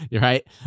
Right